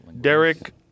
Derek